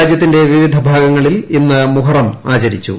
രാജ്യത്തിന്റെ വിവിധ ഭാഗങ്ങളിൽ ഇന്ന് മുഹറം ആചരിച്ചു